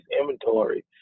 inventory